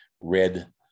red